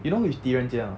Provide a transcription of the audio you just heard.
you know who is 狄仁杰 or not